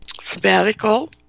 sabbatical